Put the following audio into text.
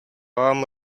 vám